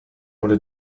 oder